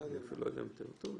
אתה הפקדת אצלי כסף של טרור,